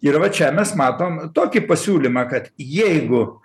ir va čia mes matom tokį pasiūlymą kad jeigu